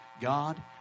God